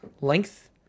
Length